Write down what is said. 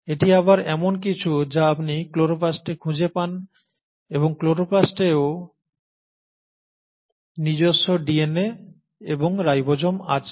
এটি আবার এমন কিছু যা আপনি ক্লোরোপ্লাস্টে খুঁজে পান এবং ক্লোরোপ্লাস্টেরও নিজস্ব ডিএনএ এবং রাইবোসোম আছে